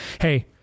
Hey